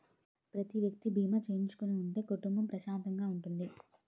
ప్రతి వ్యక్తి బీమా చేయించుకుని ఉంటే కుటుంబం ప్రశాంతంగా ఉంటుంది